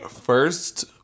first